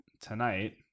tonight